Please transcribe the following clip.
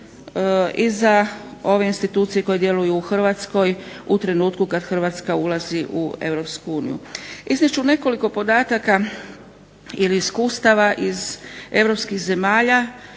i za ove institucije koje djeluju u Hrvatskoj u trenutku kad Hrvatska ulazi u Europsku uniju. Iznijet ću nekoliko podataka ili iskustava iz europskih zemalja